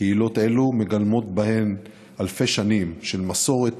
קהילות אלו מגלמות בהן אלפי שנים של מסורת,